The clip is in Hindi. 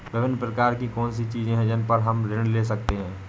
विभिन्न प्रकार की कौन सी चीजें हैं जिन पर हम ऋण ले सकते हैं?